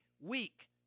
week